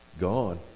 gone